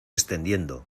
extendiendo